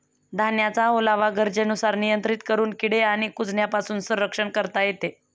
धान्याचा ओलावा गरजेनुसार नियंत्रित करून किडे आणि कुजण्यापासून संरक्षण करता येते